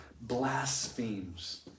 Blasphemes